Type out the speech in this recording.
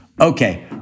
Okay